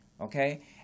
okay